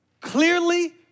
clearly